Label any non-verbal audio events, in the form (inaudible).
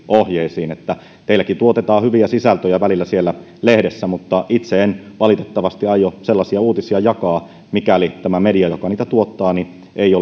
ohjeisiin teilläkin tuotetaan hyviä sisältöjä välillä siellä lehdessä mutta itse en valitettavasti aio sellaisia uutisia jakaa mikäli tämä media joka niitä tuottaa ei (unintelligible)